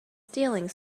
stealing